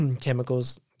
chemicals